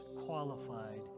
qualified